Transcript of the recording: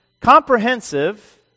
comprehensive